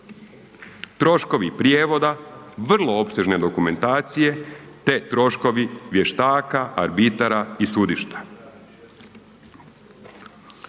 troškovi prijevoda vrlo opsežne dokumentacije te troškovi vještaka, arbitara i sudišta.